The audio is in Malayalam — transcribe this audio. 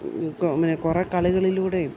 പിന്നെ കുറേ കളികളിലൂടേയും